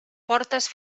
portes